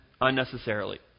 unnecessarily